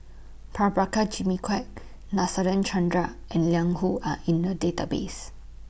Prabhakara Jimmy Quek Nadasen Chandra and Liang Hu Are in The Database